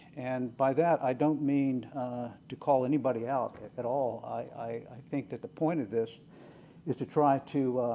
and by that, i don't mean to call anybody out at all. i think that the point of this is to try to